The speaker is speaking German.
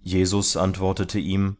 jesus antwortete ihm